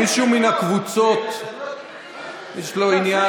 מישהו מן הקבוצות, יש לו עניין?